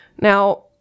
Now